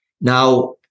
Now